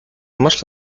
much